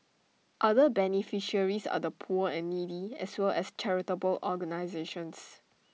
other beneficiaries are the poor and needy as well as charitable organisations